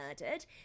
murdered